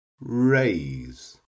raise